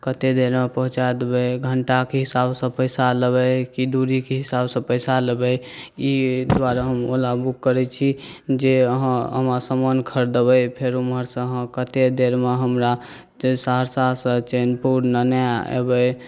कतेक देरमे पहुँचा देबै घण्टाके हिसाबसँ पइसा लेबै कि दूरीके हिसाबसँ पइसा लेबै एहि दुआरे हम ओला बुक करै छी जे अहाँ हमरा समान खरिदबै फेर ओम्हरसँ अहाँ कतेक देरमे हमरा सहरसासँ चैनपुर लेने अएबै